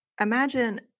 imagine